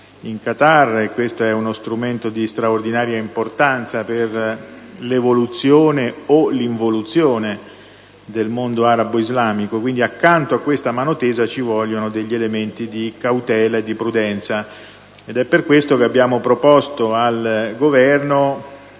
in Qatar, e questo è uno strumento di straordinaria importanza per l'evoluzione, o l'involuzione, del mondo arabo-islamico). Allo stesso tempo, accanto a questa mano tesa ci vogliono elementi di cautela e di prudenza. È per questo che abbiamo proposto l'ordine